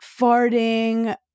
farting